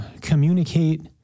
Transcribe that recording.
communicate